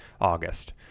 August